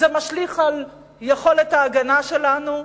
זה משליך על יכולת ההגנה שלנו,